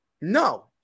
No